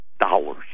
dollars